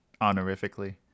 honorifically